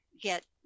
get